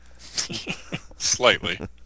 Slightly